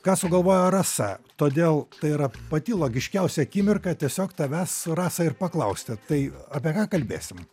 ką sugalvojo rasa todėl tai yra pati logiškiausia akimirka tiesiog tavęs rasa ir paklausti tai apie ką kalbėsim